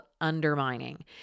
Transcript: undermining